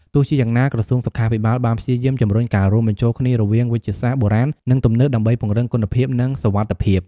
ទោះជាយ៉ាងណា ក្រសួងសុខាភិបាលបានព្យាយាមជំរុញការរួមបញ្ចូលគ្នារវាងវេជ្ជសាស្ត្របុរាណនិងទំនើបដើម្បីពង្រឹងគុណភាពនិងសុវត្ថិភាព។